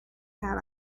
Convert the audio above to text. that